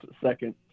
second